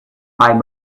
five